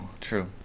true